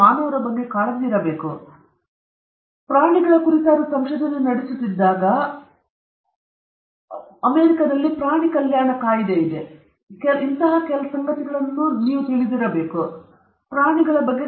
ನಂತರ ಮತ್ತೊಮ್ಮೆ ಈ ಸಂದರ್ಭದಲ್ಲಿ ನಾವು ಪ್ರಾಣಿಗಳ ಕುರಿತಾದ ಸಂಶೋಧನೆ ನಡೆಸುತ್ತಿದ್ದಾಗ ಅಥವಾ ಪ್ರಾಣಿಗಳ ವಿಷಯವಾಗಿ ತೊಡಗಿದಾಗ ನಾವು ಅಮೆರಿಕದಲ್ಲಿನ ಪ್ರಾಣಿ ಕಲ್ಯಾಣ ಕಾಯಿದೆ ಅಥವಾ ಕೆಲವೊಂದು ಸಂಗತಿಗಳನ್ನು ನಾವು ವ್ಯಕ್ತಪಡಿಸುತ್ತೇವೆ ಎಂದು ಭಾವಿಸುತ್ತೇವೆ